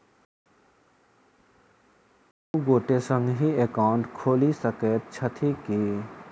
दु गोटे संगहि एकाउन्ट खोलि सकैत छथि की?